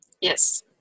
Yes